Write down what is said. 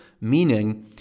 meaning